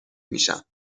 میشم